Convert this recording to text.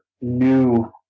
new